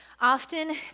often